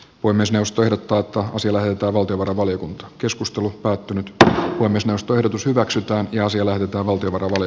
voi myös joustoja taata sillanpää valtiovarainvaliokunta keskustelu päättynyttä kunnes nostoehdotus hyväksytään ja siellä lepää valtavan kovalle